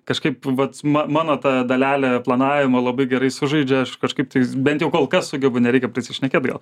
kažkaip vat ma mano ta dalelė planavimo labai gerai sužaidžia aš kažkaip tais bent jau kol kas sugebu nereikia prisišnekėt gal